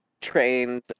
trained